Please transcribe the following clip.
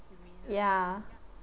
ya